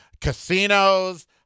casinos